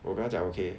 我跟他讲 okay